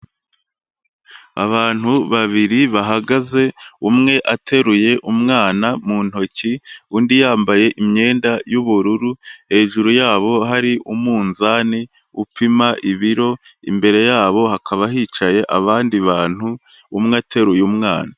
Abantu babiri bahagaze, umwe ateruye umwana mu ntoki, undi yambaye imyenda y'ubururu, hejuru yabo hari umunzani upima ibiro, imbere yabo hakaba hicaye abandi bantu umwe ateruye umwana.